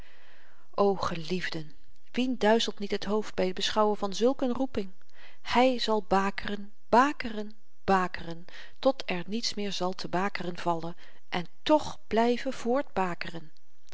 o geliefden wien duizelt niet het hoofd by het beschouwen van zulk een roeping hy zal bakeren bakeren bakeren tot er niets meer zal te bakeren vallen en toch blyven